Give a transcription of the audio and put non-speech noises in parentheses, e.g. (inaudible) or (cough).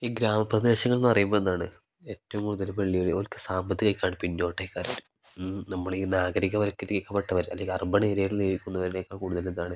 ഈ ഗ്രാമപ്രദേശങ്ങൾ എന്ന് പറയുമ്പോൾ എന്താണ് ഏറ്റവും കൂടുതൽ വെള്ളുവിളി ഓൽക്ക് സാമ്പത്തികമായിക്കാണ്ട് പിന്നോട്ടായിക്കാരം മ് നമ്മൾ ഈ നാഗരികവൽക്കരിക്കപ്പെട്ടവർ അല്ലെങ്കിൽ അർബൺ ഏരിയയിൽ (unintelligible) വരേക്കാൾ കൂടുതൽ ഇതാണ്